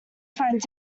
find